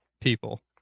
people